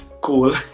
cool